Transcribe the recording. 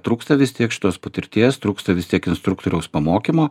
trūksta vis tiek šitos patirties trūksta vis tiek instruktoriaus pamokymo